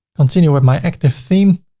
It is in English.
continue with my active theme,